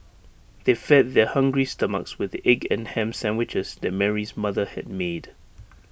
they fed their hungry stomachs with the egg and Ham Sandwiches that Mary's mother had made